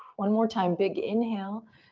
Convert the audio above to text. one more time, big inhale.